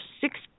six